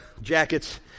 jackets